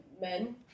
men